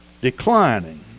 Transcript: declining